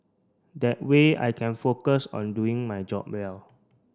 that way I can focus on doing my job well